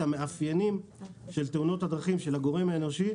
המאפיינים של תאונות הדרכים של הגורם האנושי,